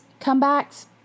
comebacks